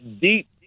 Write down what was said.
deep